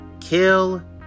Kill